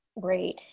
Great